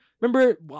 remember